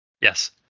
Yes